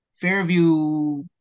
Fairview